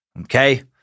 Okay